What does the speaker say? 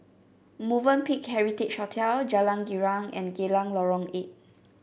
Movenpick Heritage Hotel Jalan Girang and Geylang Lorong Eight